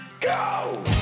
Go